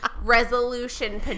resolution